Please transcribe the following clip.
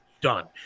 done